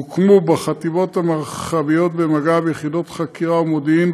הוקמו בחטיבות המרחביות במג"ב יחידות חקירה ומודיעין,